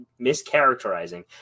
mischaracterizing